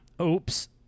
Oops